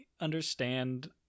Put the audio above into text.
understand